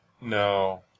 No